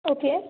okay